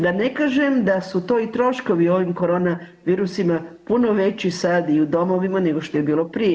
Da ne kažem da su to i troškovi ovim korona virusima puno veći sada i u domovima, nego što je bilo prije.